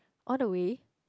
all the way